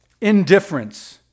Indifference